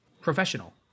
professional